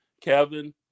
Kevin